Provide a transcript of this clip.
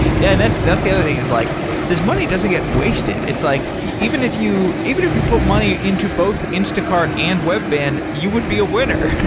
yeah, and that's the that's the other thing, is like this money doesn't get wasted. it's like even if you even if you put money into both instacart and webvan, you would be a winner.